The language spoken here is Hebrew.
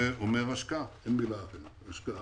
זה אומר השקעה של כסף.